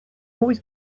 always